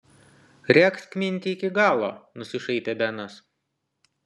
regzk mintį iki galo nusišaipė benas